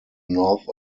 north